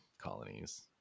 colonies